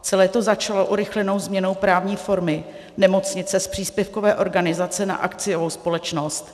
Celé to začalo urychlenou změnou právní formy nemocnice z příspěvkové organizace na akciovou společnost.